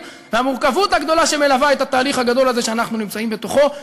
והמורכבות הגדולה שמלווה את התהליך הגדול הזה שאנחנו נמצאים בתוכו.